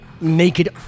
naked